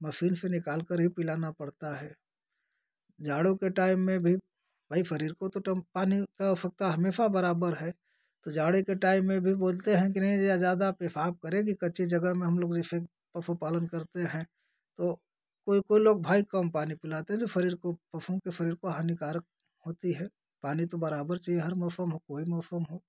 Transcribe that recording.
machine से निकालकर ही पिलाना पड़ता है जाड़ों के टाइम में भी भाई शरीर को तो तम पानी का आवश्यकता हमेसा बराबर है तो जाड़े के टाइम में भी बोलते हैं कि नहीं जा ज़्यादा पेशाब करेगी कच्ची जगह में हमलोग जिससे पशुपालन करते हैं तो कोई कोई लोग भाई कम पानी पिलाते हैं जो शरीर को पशुओं के शरीर को हानिकारक होती है पानी तो बराबर चाहिए हर मौसम हो कोई मौसम हो